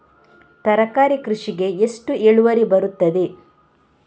ತರಕಾರಿ ಕೃಷಿಗೆ ಎಷ್ಟು ಇಳುವರಿ ಬರುತ್ತದೆ?